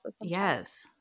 Yes